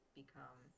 become